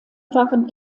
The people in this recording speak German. waren